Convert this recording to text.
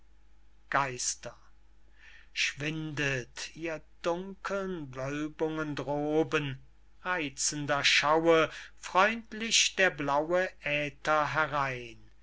geister schwindet ihr dunkeln wölbungen droben reizender schaue freundlich der blaue aether herein